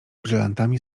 brylantami